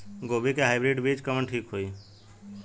गोभी के हाईब्रिड बीज कवन ठीक होई?